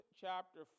chapter